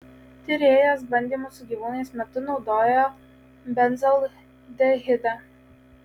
tyrėjas bandymų su gyvūnais metu naudojo benzaldehidą